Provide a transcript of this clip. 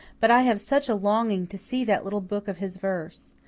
but i have such a longing to see that little book of his verse.